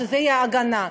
שתהיה הגנה,